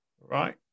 right